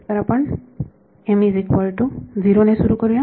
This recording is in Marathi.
तर आपण ने सुरु करूया